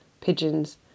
pigeons